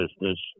business